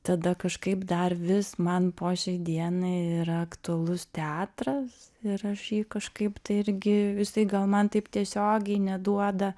tada kažkaip dar vis man po šiai dienai yra aktualus teatras ir aš jį kažkaip tai irgi jisai gal man taip tiesiogiai neduoda